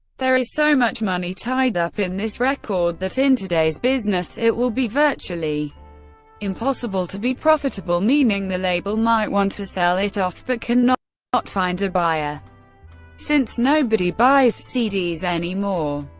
there is so much money tied up in this record that in todays business it will be virtually impossible to be profitable, meaning the label might want to ah sell it off, but can not but find a buyer since nobody buys cds anymore.